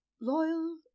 loyal